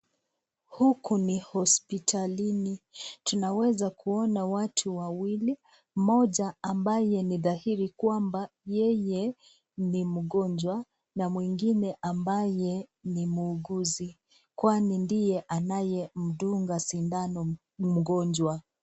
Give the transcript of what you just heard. Huku ni hospitalini tunaweza kuona watu wawili, mmoja ambaye ni dhahiri kwamba yeye ni mgonjwa na mwingine ambaye ni muuguzi. Kwani ndiye anaye mdunga sindano mgonjwa.